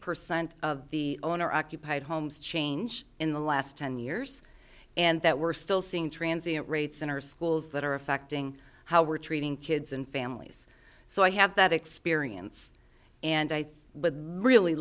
percent of the owner occupied homes change in the last ten years and that we're still seeing transit rates in our schools that are affecting how we're treating kids and families so i have that experience and i would really